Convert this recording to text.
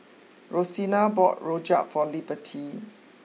Rosina bought Rojak for Liberty